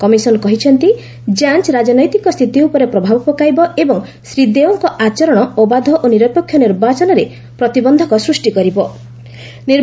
commission କହିଛନ୍ତି ଯାଞ୍ଚ ରାଜନୈତିକ ସ୍ଥିତି ଉପରେ ପ୍ରଭାବ ପକାଇବ ଏବଂ ଶ୍ରୀ ଦେଓଙ୍କ ଆଚରଣ ଅବାଧ ଓ ନିରପେକ୍ଷ ନିର୍ବାଚନରେ ପ୍ରତିବନ୍ଧକ ସୃଷ୍ଟି କରିବେ